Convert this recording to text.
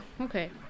okay